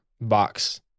box